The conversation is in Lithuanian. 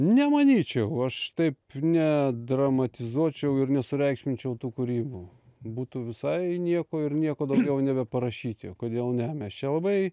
nemanyčiau aš taip nedramatizuočiau ir nesureikšminčiau tų kūrybų būtų visai nieko ir nieko daugiau nebeparašyti kodėl ne mes čia labai